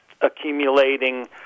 accumulating